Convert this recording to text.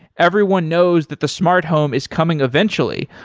everyone knows that the smart home is coming eventually,